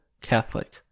Catholic